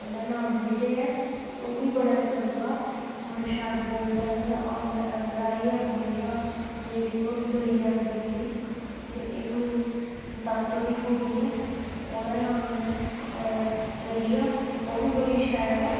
उं'दा नांऽ विजय ऐ उब्बी बड़ा चंगा बड़ा शैल बोलदा इ'यां औंदा अंदर आइयै बौंह्दा मेरी नुआड़ी बड़ी ज्यादा बनदी ते इक मेरी तातो दी कुड़ी ऐ ओह्दा नांऽ में रिया ओह् बी बड़ी शैल ऐ